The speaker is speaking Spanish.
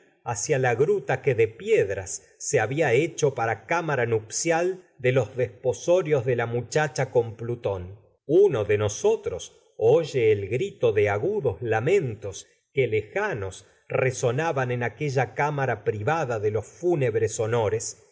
hacia la gruta para con que de piedras se había hecho cámara nupcial de los desposorios de la muchacha plutón uno de nosotros oye en el grito de agudos lamentos que los lejanos resonaban honores y cuando y aquella cámara pri se vada de fúnebres